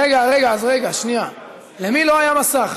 רגע, למי לא היה מסך?